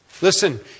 Listen